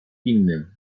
innym